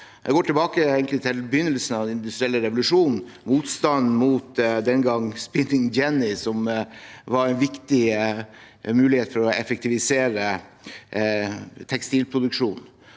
kan gå tilbake til begynnelsen av den industrielle revolusjonen og motstanden den gang mot Spinning Jenny, som var en viktig mulighet for å effektivisere tekstilproduksjonen.